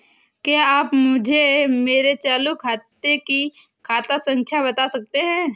क्या आप मुझे मेरे चालू खाते की खाता संख्या बता सकते हैं?